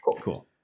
cool